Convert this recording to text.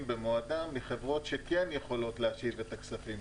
במועדם בחברות שכן יכולות להשיב את הכספים,